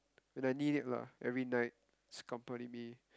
when I need it lah every night accompany me